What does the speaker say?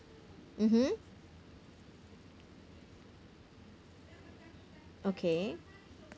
mmhmm okay